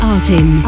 Artin